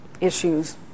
issues